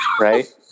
Right